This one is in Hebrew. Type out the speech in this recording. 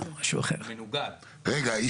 --- הוא מנוגד.